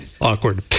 awkward